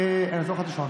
אני אעצור לך את השעון.